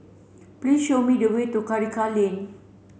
please show me the way to Karikal Lane